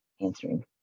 answering